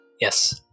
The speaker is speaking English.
Yes